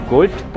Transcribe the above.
Gold